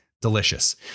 delicious